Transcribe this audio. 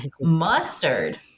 Mustard